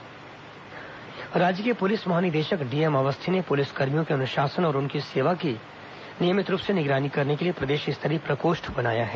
police महानिदेशक monitoring cell राज्य के पुलिस महानिदेशक डीएम अवस्थी ने पुलिसकर्मियों के अनुशासन और उनकी सेवा की नियमित रूप से निगरानी करने के लिए प्रदेश स्तरीय प्रकोष्ठ बनाया है